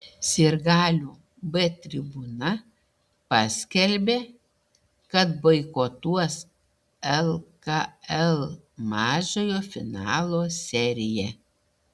sirgalių b tribūna paskelbė kad boikotuos lkl mažojo finalo seriją